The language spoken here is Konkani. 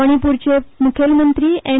मणिपूराचे मुखेलमंत्री एन